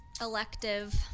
elective